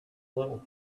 little